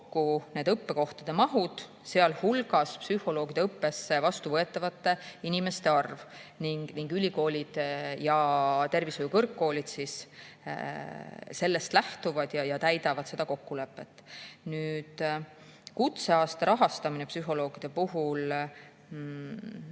kokku õppekohtade mahud, sealhulgas psühholoogide õppesse vastuvõetavate inimeste arv. Ülikoolid ja tervishoiukõrgkoolid sellest lähtuvad ja täidavad seda kokkulepet. Nüüd, kutseaasta rahastamine psühholoogide puhul